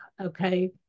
okay